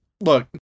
look